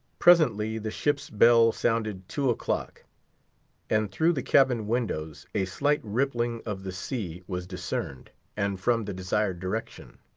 presently the ship's bell sounded two o'clock and through the cabin windows a slight rippling of the sea was discerned and from the desired direction.